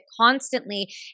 constantly